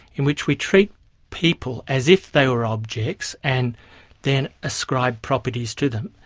in which we treat people as if they were objects and then ascribe properties to them.